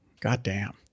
goddamn